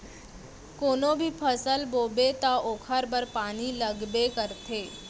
कोनो भी फसल बोबे त ओखर बर पानी लगबे करथे